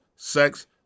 Sex